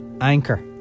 Anchor